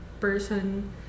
person